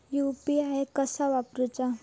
UPI कसा वापरूचा?